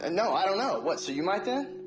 and no, i don't know. what, so you might then?